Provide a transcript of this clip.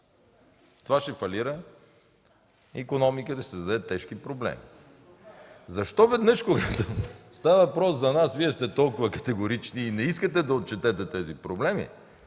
това ще фалира икономиката, ще създаде тежки проблеми. Защо, когато става въпрос за нас, Вие сте толкова категорични и не искате да отчетете тези проблеми?